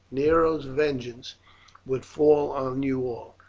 nero's vengeance would fall on you all.